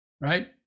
Right